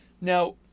Now